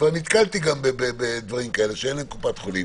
נתקלתי בדברים כאלה, שאין להם קופת חולים.